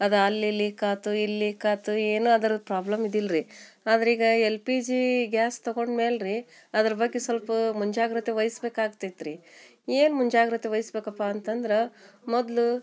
ಅದು ಅಲ್ಲಿ ಲೀಕ್ ಆಯ್ತು ಇಲ್ಲಿ ಲೀಕ್ ಆಯ್ತು ಏನೂ ಅದರದ್ದು ಪ್ರಾಬ್ಲಮ್ ಇದ್ದಿಲ್ಲ ರೀ ಆದ್ರೆ ಈಗ ಎಲ್ ಪಿ ಜೀ ಗ್ಯಾಸ್ ತಗೊಂಡ ಮೇಲೆ ರೀ ಅದ್ರ ಬಗ್ಗೆ ಸ್ವಲ್ಪ ಮುಂಜಾಗ್ರತೆ ವಹಿಸ್ಬೇಕಾಗ್ತೈತೆ ರೀ ಏನು ಮುಂಜಾಗ್ರತೆ ವಹಿಸ್ಬೇಕಪ್ಪ ಅಂತಂದ್ರೆ ಮೊದಲು